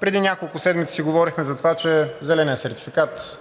Преди няколко седмици си говорихме за това, че зеленият сертификат